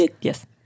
Yes